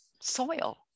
soil